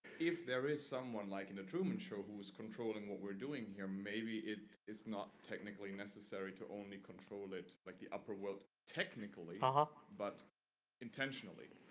if there is someone like in a truman show who is controlling what we're doing here maybe it is not technically necessary to only control it like the upper world technically. haha, but intentionally,